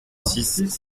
six